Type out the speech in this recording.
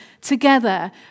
together